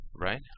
right